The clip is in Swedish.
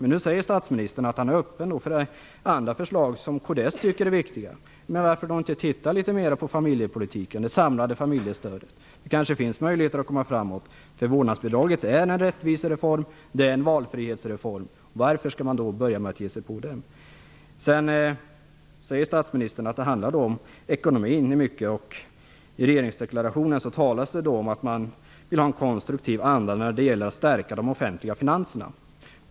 Nu säger statsministern att han är öppen för andra förslag som kds tycker är viktiga. Varför inte titta litet mer på familjepolitiken och det samlade familjestödet? Det kanske finns möjligheter att gå framåt. Vårdnadsbidraget är en rättvisereform och en valfrihetsreform. Varför skall man börja med att ge sig på den? Vidare säger statsministern att det hela handlar om ekonomin. I regeringsdeklarationen talas det om en konstruktiv anda när det gäller att stärka de offentliga finanserna.